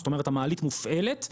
זאת אומרת המעלית מופעלת,